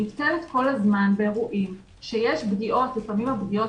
אני כל הזמן ניצבת באירועים שיש בפגיעות לפעמים הפגיעות